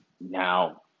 Now